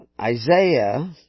Isaiah